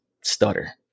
stutter